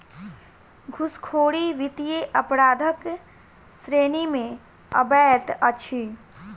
घूसखोरी वित्तीय अपराधक श्रेणी मे अबैत अछि